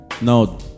no